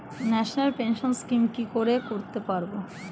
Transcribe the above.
National pension scheme কি করে করতে পারব?